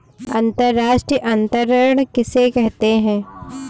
अंतर्राष्ट्रीय अंतरण किसे कहते हैं?